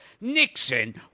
Nixon